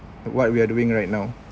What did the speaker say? what we're doing right now